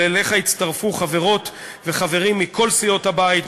ואליך הצטרפו חברות וחברים מכל סיעות הבית,